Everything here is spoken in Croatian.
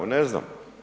Ne znam.